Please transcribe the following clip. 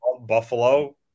Buffalo